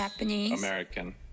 Japanese